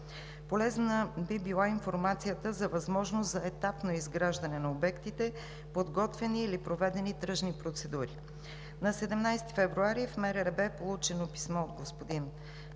Полезна би била информацията за възможност за етапно изграждане на обектите, подготвени или проведени тръжни процедури. На 17 февруари в МРРБ е получено писмо от господин Емил